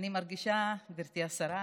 גברתי השרה,